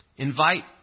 Invite